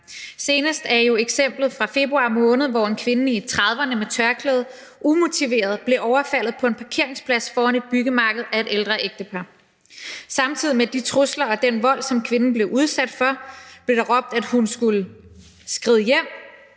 Senest er jo eksemplet fra februar måned, hvor en kvinde i 30'erne med tørklæde umotiveret blev overfaldet på en parkeringsplads foran et byggemarked af et ældre ægtepar. Samtidig med de trusler og den vold, som kvinden blev udsat for, blev der råbt, at hun skulle skride hjem,